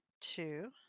two